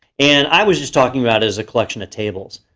and i was just talking about is a collection of tables.